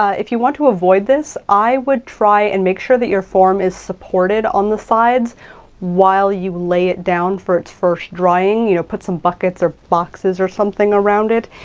if you want to avoid this, i would try and make sure that your form is supported on the sides while you lay it down for its first drying. you know, put some buckets or boxes or something around it.